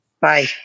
Bye